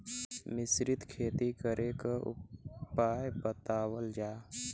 मिश्रित खेती करे क उपाय बतावल जा?